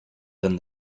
than